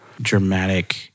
dramatic